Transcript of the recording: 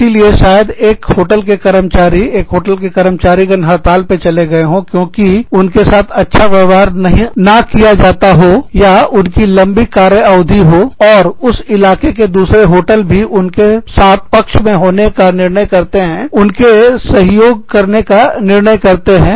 इसीलिए शायद एक होटल के कर्मचारी एक होटल के कर्मचारीगण हड़ताल पर चले गए हो क्योंकि उनके साथ अच्छा व्यवहार ना किया जाता हो या उनकी लंबी कार्य अवधि हो और उस इलाके के दूसरे होटल भी उनके साथ पक्ष में होने का निर्णय करते हैं उन्हें सहयोग करने का निर्णय करते हैं